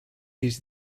his